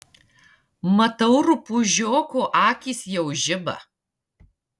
matau rupūžioko akys jau žiba